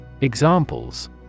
Examples